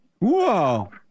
Whoa